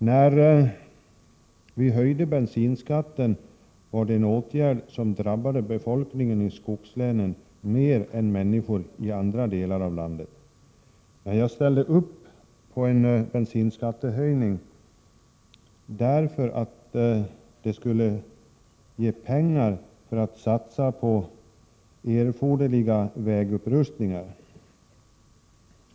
När vi höjde bensinskatten var det en åtgärd som drabbade befolkningen i skogslänen mer än människor i andra delar av landet, men jag ställde upp på en bensinskattehöjning därför att det skulle ge pengar för att satsa på erforderliga vägupprustningar.